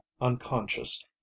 unconscious